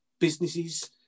businesses